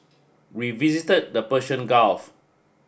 we visit the Persian Gulf